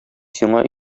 сиңа